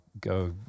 go